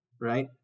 right